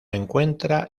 encuentra